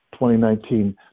2019